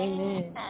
Amen